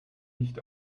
nicht